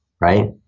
right